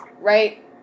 right